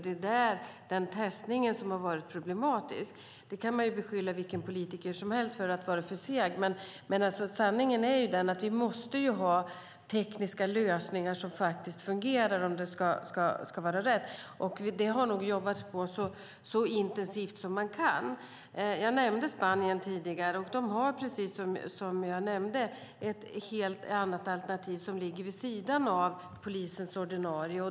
Det är testningen som har varit problematisk. Man kan beskylla vilken politiker som helst för att vara för seg, men sanningen är att vi måste ha tekniska lösningar som faktiskt fungerar om det ska vara rätt. Det har det nog jobbats på så intensivt det har gått. Jag nämnde Spanien tidigare, och de har precis som jag nämnde ett helt annat alternativ som ligger vid sidan av polisens ordinarie.